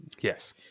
yes